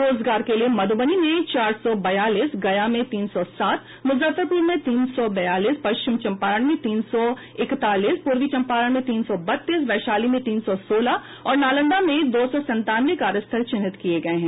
रोजगार के लिए मध्रबनी में चार सौ बयालीस गया में तीन सौ सात मुजफ्फरपुर में तीन सौ बयालीस पश्चिम चंपारण में तीन सौ इकतालीस पूर्वी चंपारण में तीन सौ बत्तीस वैशाली में तीन सौ सोलह और नालंदा में दो सौ संतानवें कार्यस्थल चिन्हित किये गये हैं